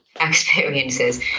experiences